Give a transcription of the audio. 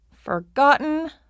Forgotten